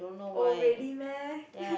oh really meh